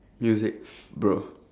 music bro